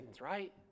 right